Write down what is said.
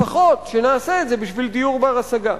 לפחות שנעשה את זה בשביל דיור בר-השגה.